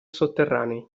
sotterranei